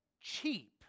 cheap